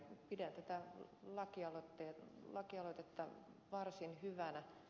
pidän tätä lakialoitetta varsin hyvänä